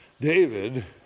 David